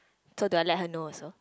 so do I let her know also